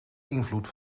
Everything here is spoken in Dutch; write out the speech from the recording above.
invloed